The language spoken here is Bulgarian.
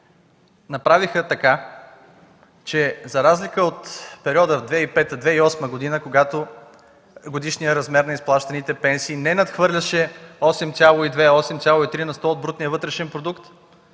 направиха така, че за разлика от периода 2005 - 2008 г., когато годишният размер на изплащаните пенсии не надхвърляше 8,2-8,3% от брутния вътрешен продукт,